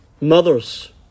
Mothers